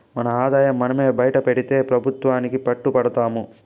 మన ఆదాయం మనమే బైటపెడితే పెబుత్వానికి పట్టు బడతాము